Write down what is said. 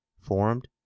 formed